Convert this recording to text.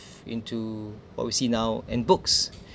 into what we see now and books